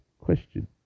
Question